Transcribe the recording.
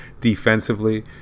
defensively